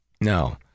No